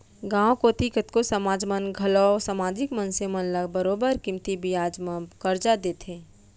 गॉंव कोती कतको समाज मन घलौ समाजिक मनसे मन ल बरोबर कमती बियाज म करजा देथे